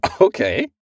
Okay